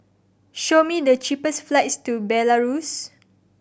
show me the cheapest flights to Belarus